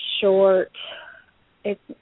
short—it's